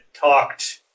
talked